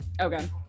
Okay